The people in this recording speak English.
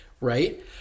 Right